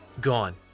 gone